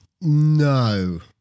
No